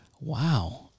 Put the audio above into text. Wow